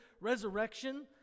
resurrection